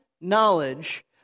knowledge